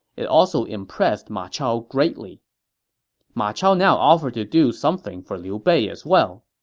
it also impressed ma chao greatly ma chao now offered to do something for liu bei as well.